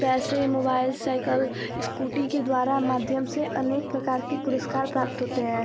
पैसे mobile cycle scooty के द्वारा माध्यम से अनेक प्रकार की पुरस्कार प्राप्त होते हैं